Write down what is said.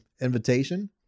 invitation